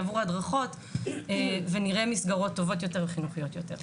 שיעברו הדרכות ונראה מסגרות טובות יותר וחינוכיות יותר.